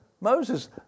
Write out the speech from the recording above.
Moses